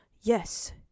yes